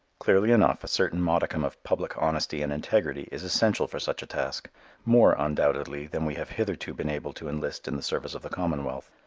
clearly enough a certain modicum of public honesty and integrity is essential for such a task more, undoubtedly, than we have hitherto been able to enlist in the service of the commonwealth.